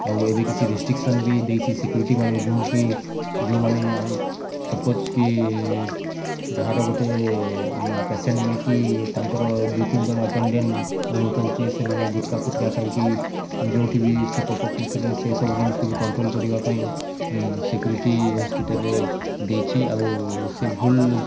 ଆଉ ଏବେ କିଛି ରେଷ୍ଟ୍ରିକ୍ସନ୍ ବି ଦେଇଛି ସିକୁ୍ରିଟି ମାନେ ଯୋଉଁକି ଯେଉଁମାନେ ସପୋଜ କି ଯାହାର ଗୋଟେ ପେସେଣ୍ଟ ନେଇକି ତାଙ୍କର ଦୁଇ ତିନି ଜଣ ଆଟେଣ୍ଡାଣ୍ଟ ରହୁଛନ୍ତି ସେମାନେ ଗୁଟକା ଫୁଟକା ଖାଇକି ଯେଉଁଠି ବି ଛେପ ପକଉଥିଲେ ସେ ସବୁ ଜିନିଷକୁ କଣ୍ଟ୍ରୋଲ କରିବା ପାଇଁ ସିକ୍ୟୁରିଟି ହସ୍ପିଟାଲରେ ଦେଇଛି ଆଉ ସେ ଭୁଲ